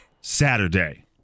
Saturday